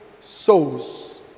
souls